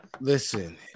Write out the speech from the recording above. Listen